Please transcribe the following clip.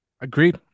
Agreed